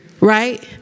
right